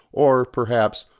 or, perhaps,